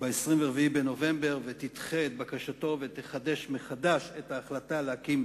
ב-24 בנובמבר ותדחה את בקשתו ותחדש את ההחלטה להקים